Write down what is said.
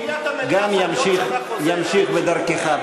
ימשיך בדרכך.